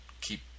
keep